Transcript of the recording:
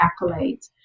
accolades